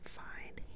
fine